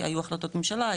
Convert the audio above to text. היו החלטות ממשלה,